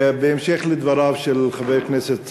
בהמשך לדבריו של חבר הכנסת צרצור,